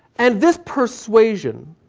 and this persuasion,